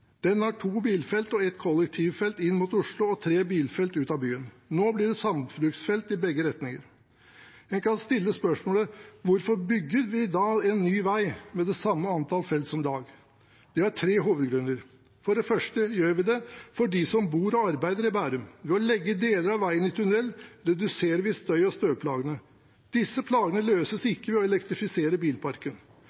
Den har to bilfelt og et kollektivfelt inn mot Oslo og tre bilfelt ut av byen. Nå blir det sambruksfelt i begge retninger. En kan stille spørsmålet: Hvorfor bygger vi da en ny vei – med det samme antall felt som i dag? Det er tre hovedgrunner. For det første gjør vi det for dem som bor og arbeider i Bærum. Ved å legge deler av veien i tunnel reduserer vi støy- og støvplagene. Disse plagene løses ikke ved å elektrifisere bilparken. Totaliteten i